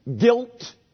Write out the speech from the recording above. guilt